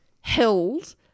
held